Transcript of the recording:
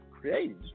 created